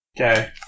Okay